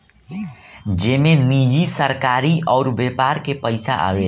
जेमे निजी, सरकारी अउर व्यापार के पइसा आवेला